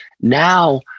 Now